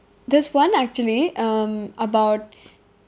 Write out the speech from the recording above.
this one actually um about